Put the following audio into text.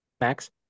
Max